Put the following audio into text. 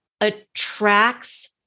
attracts